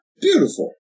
beautiful